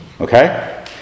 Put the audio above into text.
Okay